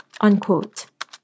Unquote